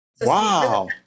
Wow